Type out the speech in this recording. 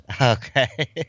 okay